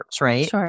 right